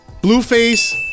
blueface